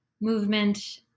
movement